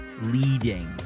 leading